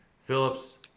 phillips